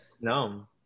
No